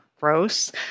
gross